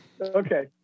Okay